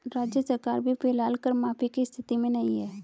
राज्य सरकार भी फिलहाल कर माफी की स्थिति में नहीं है